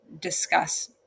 discuss